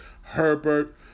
Herbert